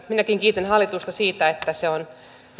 minäkin kiitän hallitusta siitä että se on